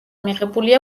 მიღებული